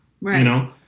Right